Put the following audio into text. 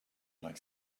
like